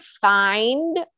find